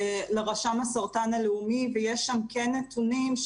לרשם הסרטן הלאומי ויש שם נתונים,